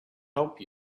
help